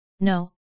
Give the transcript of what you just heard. No